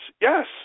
Yes